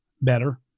better